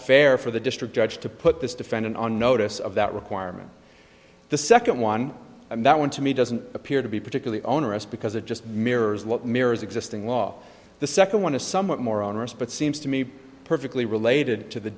fair for the district judge to put this defendant on notice of that requirement the second one and that went to me doesn't appear to be particularly onerous because it just mirrors what mirrors existing law the second one is somewhat more onerous but seems to me perfectly related to the